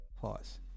pause